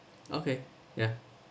okay yeah